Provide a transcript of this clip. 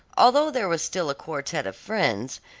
although there was still a quartette of friends,